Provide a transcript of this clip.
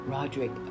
Roderick